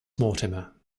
mortimer